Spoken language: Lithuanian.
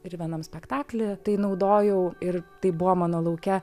ir vienam spektakly tai naudojau ir tai buvo mano lauke